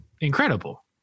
incredible